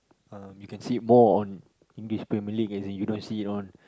um you can see it more on English-Premier-League as in you don't see it on